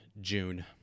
June